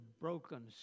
broken